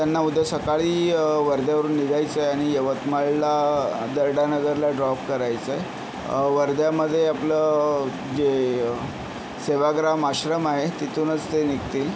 त्यांना उद्या सकाळी वर्ध्यावरून निघायचं आहे आणि यवतमाळला दर्डा नगरला ड्रॉप करायचं आहे वर्ध्यामध्ये आपलं जे सेवाग्राम आश्रम आहे तिथूनच ते निघतील